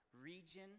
region